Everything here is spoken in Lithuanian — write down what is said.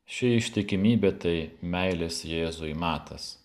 ši ištikimybė tai meilės jėzui matas